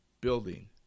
building